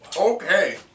Okay